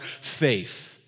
faith